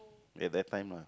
at that time lah